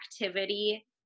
activity